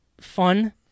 fun